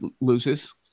loses